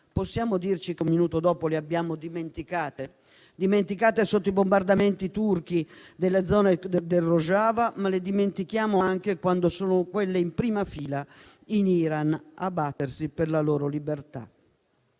Possiamo dirci che un minuto dopo le abbiamo dimenticate, sotto i bombardamenti turchi nella zona del Rojava, ma anche quando sono in prima fila in Iran a battersi per la loro libertà?